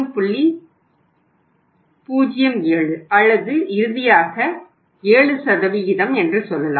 07 அல்லது இறுதியாக 7 என்று சொல்லலாம்